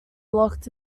locked